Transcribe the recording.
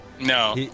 no